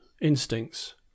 instincts